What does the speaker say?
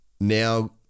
now